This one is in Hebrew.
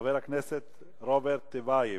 חבר הכנסת רוברט טיבייב.